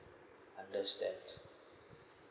understand